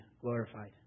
glorified